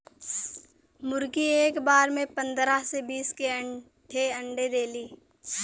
मुरगी एक बार में पन्दरह से बीस ठे अंडा देली